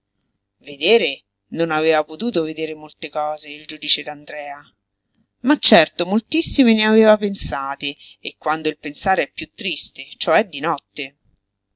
vedere non aveva potuto vedere molte cose il giudice d'andrea ma certo moltissime ne aveva pensate e quando il pensare è piú triste cioè di notte